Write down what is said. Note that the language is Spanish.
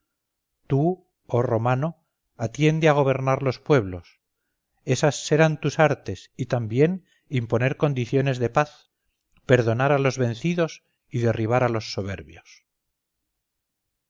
tú oh romano atiende a gobernar los pueblos esas serán tus artes y también imponer condiciones de paz perdonar a los vencidos y derribar a los soberbios